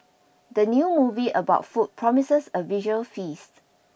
the new movie about food promises a visual feast